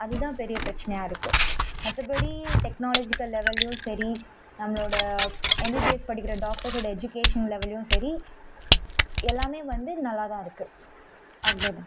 அது தான் பெரிய பிரச்சினயா இருக்குது மற்றபடி டெக்னாலஜிக்கல் லெவல்லேயும் சரி நம்மளோட எம்பிபிஎஸ் படிக்கின்ற டாக்டர்ஸ்ஸோடய எஜிகேஷன் லெவல்லேயும் சரி எல்லாமே வந்து நல்லாதான் இருக்குது அவ்வளோ தான்